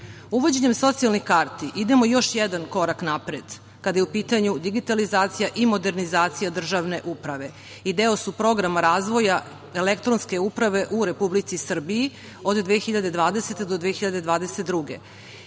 težimo. Uvođenjem socijalni karti idemo još jedan korak napred, kada je u pitanju digitalizacija i modernizacija državne uprave i deo su programa razvoja elektronske uprave u Republici Srbiji od 2020. do 2022.